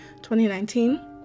2019